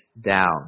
down